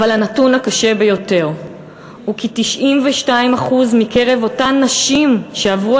אך הנתון הקשה ביותר הוא כי 92% מקרב הנשים שעברו